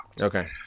okay